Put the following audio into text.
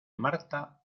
marta